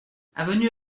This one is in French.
avenue